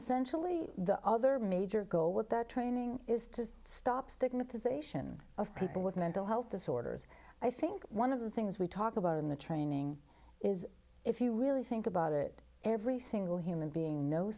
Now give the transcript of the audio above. essentially the other major goal with that training is to stop stigmatization of people with mental health disorders i think one of the things we talk about in the training is if you really think about it every single human being kno